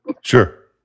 Sure